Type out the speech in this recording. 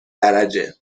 درجه